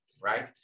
right